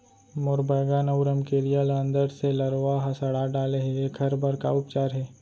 मोर बैगन अऊ रमकेरिया ल अंदर से लरवा ह सड़ा डाले हे, एखर बर का उपचार हे?